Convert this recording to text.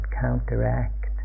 counteract